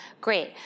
great